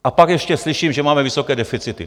A pak ještě slyším, že máme vysoké deficity.